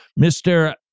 Mr